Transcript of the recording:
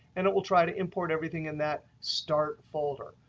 and it will try to import everything in that start folder.